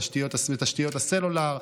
בתשתיות הסלולר,